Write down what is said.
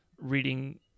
Reading